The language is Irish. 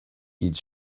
iad